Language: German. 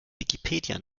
wikipedia